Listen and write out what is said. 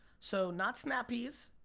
so not snap peas,